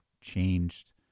changed